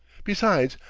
besides,